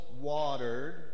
watered